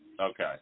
Okay